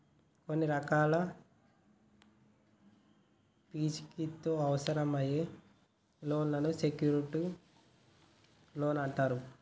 కొన్ని రకాల పూచీకత్తు అవసరమయ్యే లోన్లను సెక్యూర్డ్ లోన్లు అంటరు